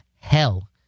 hell